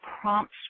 prompts